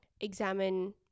examine